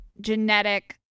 Genetic